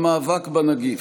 למאבק בנגיף.